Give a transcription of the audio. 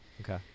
Okay